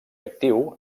actiu